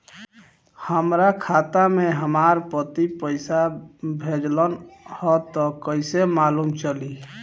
हमरा खाता में हमर पति पइसा भेजल न ह त कइसे मालूम चलि?